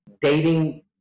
dating